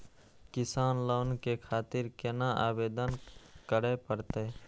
किसान लोन के खातिर केना आवेदन करें परतें?